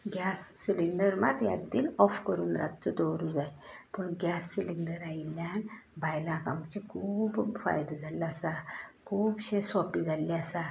gas cylinder मात यादीन off करून रातचो दवरूं जाय पूण गॅस सिंलीडर आयिल्ल्यान बायलांक आमचें खूब फायदो जाल्लो आसा खूबशें सोपें जाल्लें आसा